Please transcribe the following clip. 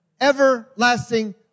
everlasting